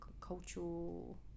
cultural